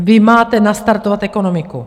Vy máte nastartovat ekonomiku!